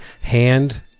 hand